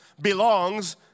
belongs